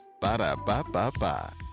Ba-da-ba-ba-ba